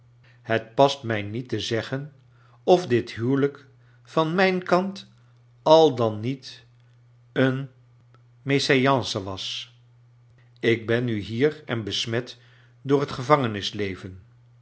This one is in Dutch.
het past mij niet te zeggen of dit huwelijk van mijn kant al dan niet een mesalliance was ik ben nu bier en besmet door bet gevangenisleven